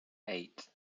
eight